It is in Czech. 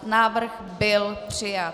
Návrh byl přijat.